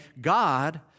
God